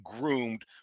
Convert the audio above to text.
groomed